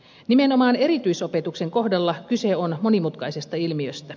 nimenomaan erityisopetuksen kohdalla kyse on monimutkaisesta ilmiöstä